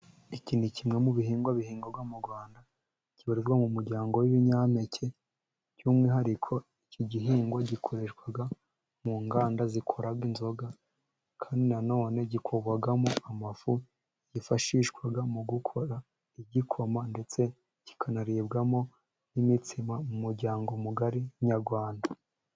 Iki ni kimwe mu bihingwa bihingwa mu rwanda kibarirwa mu muryango w'ibinyampeke, by'umwihariko iki gihingwa gikoreshwaga mu nganda zikora inzoga kandi nano gikorwamo amafu yifashishwaga mu gukora igikoma ndetse kikanaribwamo n'imitsima mu muryango mugari nyarwanda.